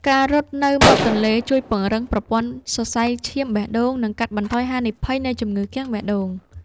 ការរត់នៅមាត់ទន្លេជួយពង្រឹងប្រព័ន្ធសរសៃឈាមបេះដូង និងកាត់បន្ថយហានិភ័យនៃជំងឺគាំងបេះដូង។